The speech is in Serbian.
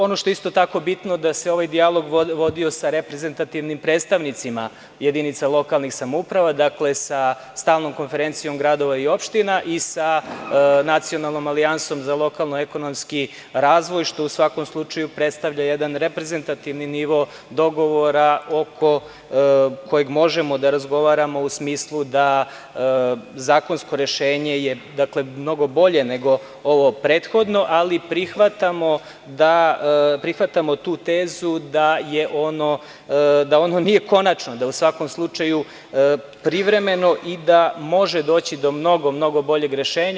Ono što je isto tako bitno je da se ovaj dijalog vodio sa reprezentativnim predstavnicima jedinica lokalnih samouprava, dakle sa stalnom konferencijom gradova i opština i sa nacionalnom alijansom za lokalno ekonomski razvoj, što u svakom slučaju predstavlja jedan reprezentativni nivo dogovora oko kojeg možemo da razgovaramo u smislu da zakonsko rešenje je mnogo bolje nego ovo prethodno, ali prihvatamo tu tezu da ono nije konačno, da je u svakom slučaju privremeno i da može doći do mnogo, mnogo boljeg rešenja.